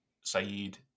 Saeed